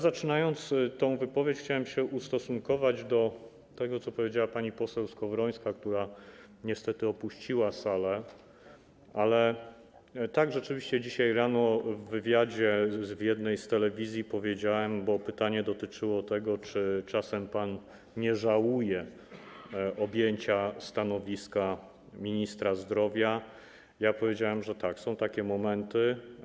Zaczynając tę wypowiedź, chciałem się ustosunkować do tego, co powiedziała pani poseł Skowrońska, która niestety opuściła salę, ale tak, rzeczywiście dzisiaj rano w wywiadzie w jednej z telewizji, bo pytanie dotyczyło tego, czy czasem nie żałuję objęcia stanowiska ministra zdrowia, powiedziałem, że tak, są takie momenty.